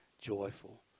joyful